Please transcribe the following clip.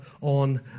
on